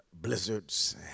blizzards